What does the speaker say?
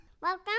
welcome